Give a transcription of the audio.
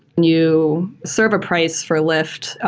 you serve a price for lyft.